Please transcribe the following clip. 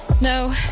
no